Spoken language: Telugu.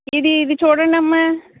ఇది ఇది చూడండమ్మా